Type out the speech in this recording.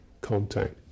contact